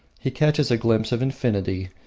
he catches a glimpse of infinity,